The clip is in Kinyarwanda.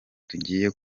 tugiye